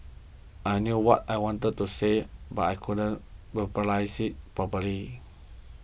I knew what I wanted to say but I couldn't verbalise it properly